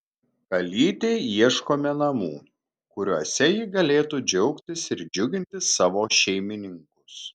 kalytei ieškome namų kuriuose ji galėtų džiaugtis ir džiuginti savo šeimininkus